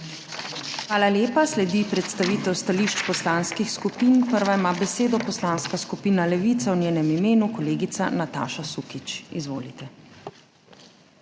Hvala lepa. Sledi predstavitev stališč poslanskih skupin. Prva ima besedo Poslanska skupina Levica, v njenem imenu kolegica Nataša Sukič. Izvolite.